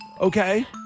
okay